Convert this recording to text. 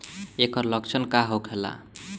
ऐकर लक्षण का होखेला?